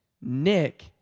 Nick